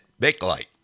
Bakelite